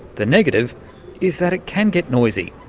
the negative is that it can get noisy,